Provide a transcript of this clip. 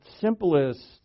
simplest